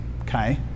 okay